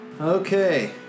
okay